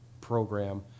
program